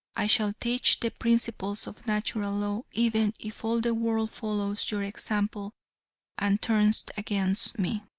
i shall teach the principles of natural law even if all the world follows your example and turns against me.